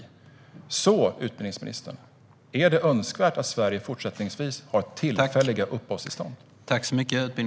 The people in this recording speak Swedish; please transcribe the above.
Alltså, utbildningsministern, är det önskvärt att Sverige fortsättningsvis har tillfälliga uppehållstillstånd?